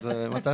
שרון,